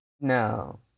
No